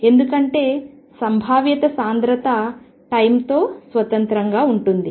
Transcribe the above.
ఎందుకంటే సంభావ్యత సాంద్రత టైం తో స్వతంత్రంగా ఉంటుంది